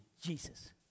Jesus